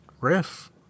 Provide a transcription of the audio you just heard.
riff